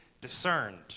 discerned